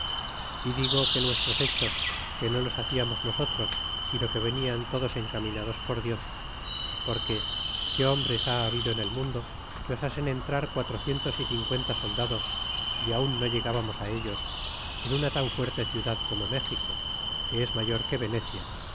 y digo que nuestros hechos que no los haciamos nosotros sino que venian todos encaminados por dios porque qué hombres ha habido en el mundo que osasen entrar quatrocientos y cincuenta soldados y aun no llegbamos ellos en una tan fuerte ciudad como méxico que es mayor que venecia